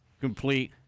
complete